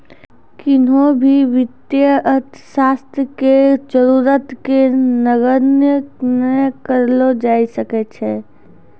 किन्हो भी वित्तीय अर्थशास्त्र के जरूरत के नगण्य नै करलो जाय सकै छै